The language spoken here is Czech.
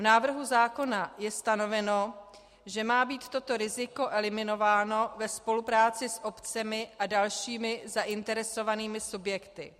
V návrhu zákona je stanoveno, že má být toto riziko eliminováno ve spolupráci s obcemi a dalšími zainteresovanými subjekty.